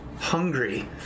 hungry